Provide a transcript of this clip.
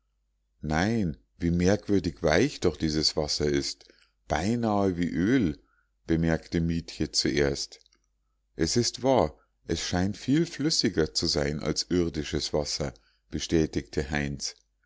nein wie merkwürdig weich doch dieses wasser ist beinahe wie öl bemerkte mietje zuerst es ist wahr es scheint viel flüssiger zu sein als irdisches wasser bestätigte heinz